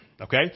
Okay